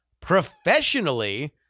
Professionally